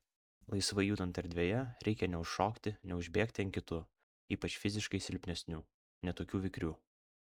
laisvai judant erdvėje reikia neužšokti neužbėgti ant kitų ypač fiziškai silpnesnių ne tokių vikrių